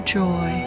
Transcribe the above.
joy